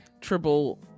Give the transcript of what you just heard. Triple